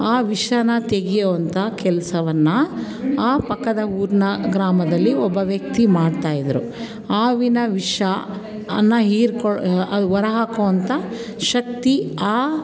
ಆ ವಿಷನ ತೆಗೆಯುವಂಥ ಕೆಲಸವನ್ನ ಆ ಪಕ್ಕದ ಊರಿನ ಗ್ರಾಮದಲ್ಲಿ ಒಬ್ಬ ವ್ಯಕ್ತಿ ಮಾಡ್ತಾಯಿದ್ರು ಹಾವಿನ ವಿಷ ಅನ್ನು ಹೀರಿಕೋ ಹೊರ ಹಾಕುವಂಥ ಶಕ್ತಿ ಆ